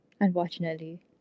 Unfortunately